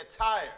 tired